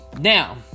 now